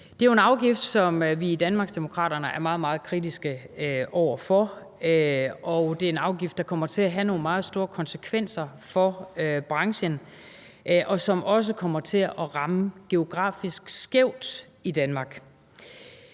Det er jo en afgift, som vi i Danmarksdemokraterne er meget, meget kritiske over for, og det er en afgift, der kommer til at have nogle meget store konsekvenser for branchen, og som også kommer til at ramme geografisk skævt i Danmark.